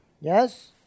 Yes